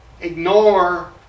ignore